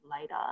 later